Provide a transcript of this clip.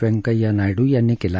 वैंकय्या नायडू यांनी केलं